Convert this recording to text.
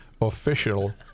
official